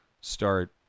start